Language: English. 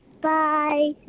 Bye